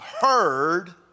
heard